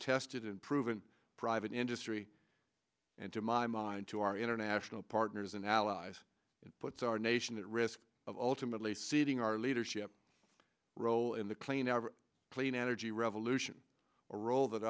tested and proven private industry and to my mind to our international partners and allies and puts our nation at risk of ultimately ceding our leadership role in the clean air clean energy revolution a role that